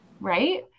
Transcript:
Right